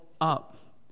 up